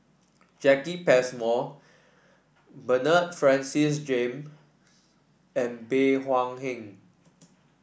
Jacki Passmore Bernard Francis Jame and Bey Hua Heng